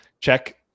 Check